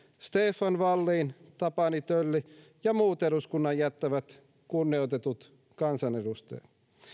stefan wallin tapani tölli ja muut eduskunnan jättävät kunnioitetut kansanedustajat